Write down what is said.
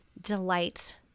Delight